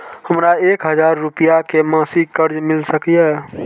हमरा एक हजार रुपया के मासिक कर्ज मिल सकिय?